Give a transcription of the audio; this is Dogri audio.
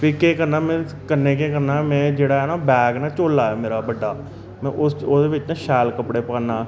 फ्ही केह् करना में कन्नै केह् करना में जेह्ड़ा ऐ न बैग झोला ऐ मेरा बड्डा में उस ओहदे बेच्च न शैल कपड़े पाना